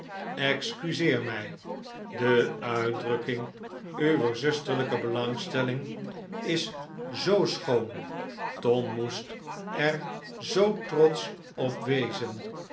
excuseer mij de uitdrukking uwer zusterlijke belangstelling is zoo schoon tom moest er zoo trotsch op wezen